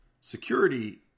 security